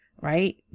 Right